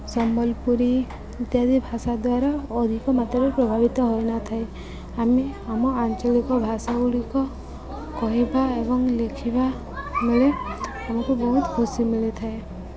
ସମ୍ବଲପୁରୀ ଇତ୍ୟାଦି ଭାଷା ଦ୍ୱାରା ଅଧିକ ମାତ୍ରାରେ ପ୍ରଭାବିତ ହୋଇନଥାଏ ଆମେ ଆମ ଆଞ୍ଚଳିକ ଭାଷାଗୁଡ଼ିକ କହିବା ଏବଂ ଲେଖିବା ବେଳେ ଆମକୁ ବହୁତ ଖୁସି ମିଳିଥାଏ